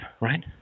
right